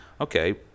okay